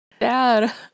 Dad